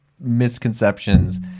misconceptions